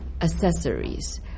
accessories